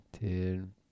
dude